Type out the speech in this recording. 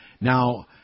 Now